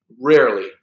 rarely